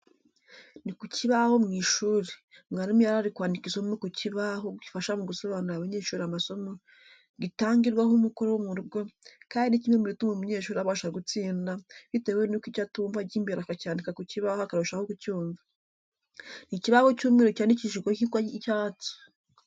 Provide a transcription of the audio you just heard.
Ni ku kibaho mu ishuri, mwarimu yari ari kwandika isomo ku kibaho gifasha mu gusobanurira abanyeshuri amasomo, gitangirwaho umukoro wo mu rugo, kandi ni kimwe mubituma umunyeshuri abasha gutsinda, bitewe nuko icyo atumva ajya imbere akacyandika ku kibaho akarushaho kucyumva. Ni ikibaho cy'umweru cyandikishijweho ingwa y'icyatsi